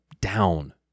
down